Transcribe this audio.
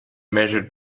measured